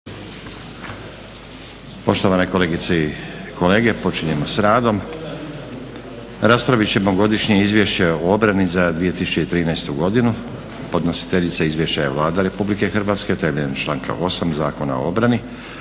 Poštovane kolegice i kolege, počinjemo s radom. Raspravit ćemo - Godišnje izvješće o obrani za 2013. godinu Podnositeljica izvješća je Vlada Republike Hrvatske temeljem članka 8. Zakona o obrani.